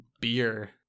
beer